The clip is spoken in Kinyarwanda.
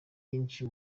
nyinshi